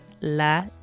la